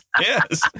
Yes